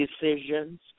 decisions